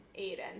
Aiden